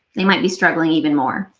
they might be struggling even more.